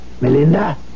Melinda